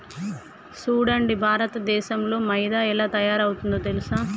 సూడండి భారతదేసంలో మైదా ఎలా తయారవుతుందో తెలుసా